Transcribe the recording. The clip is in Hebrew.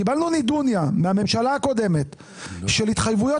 קיבלנו פה נדוניה מהממשלה הקודמת של התחייבויות